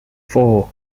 four